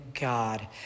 God